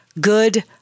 good